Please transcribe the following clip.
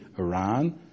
Iran